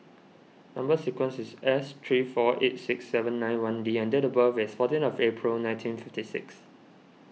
Number Sequence is S three four eight six seven nine one D and date of birth is fourteen of April nineteen fifty six